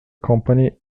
company